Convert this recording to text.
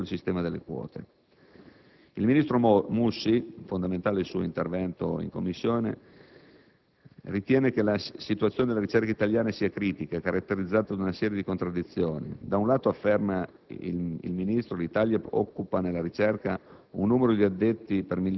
Non viene, comunque, fatto riferimento al sistema delle quote. II ministro Mussi - fondamentale è stato il suo intervento in Commissione - ritiene che la situazione della ricerca in Italia sia critica, caratterizzata da una serie di contraddizioni. Da un lato - afferma il Ministro - l'Italia occupa nella ricerca